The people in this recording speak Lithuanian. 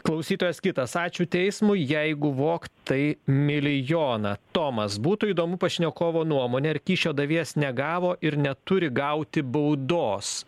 klausytojas kitas ačiū teismui jeigu vogt tai milijoną tomas būtų įdomu pašnekovo nuomone ar kyšio davėjas negavo ir neturi gauti baudos